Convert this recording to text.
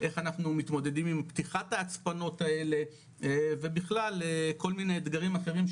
איך אנחנו מתמודדים עם פתיחת ההצפנות האלה ובכלל כל מיני אתגרים אחרים,